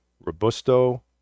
robusto